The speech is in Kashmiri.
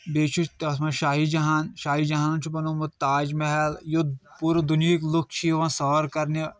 بیٚیہِ چُھ تَتھ منٛز شاہہِ جہاں شاہہِ جہانن چُھ بَنومُت تاج محل پوٗرٕ دُنیاہِکۍ لُکھ چھِ یِوان سٲر کَرنہِ